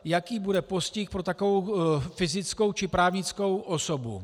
Jaký bude postih pro takovou fyzickou či právnickou osobu?